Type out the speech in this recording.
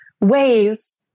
ways